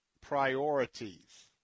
priorities